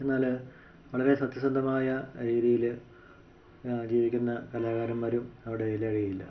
എന്നാൽ വളരെ സത്യസന്ധമായ രീതിയിൽ ജീവിക്കുന്ന കലാകാരന്മാരും അവിടെ ഇല്ലാതെയില്ല